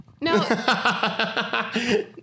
No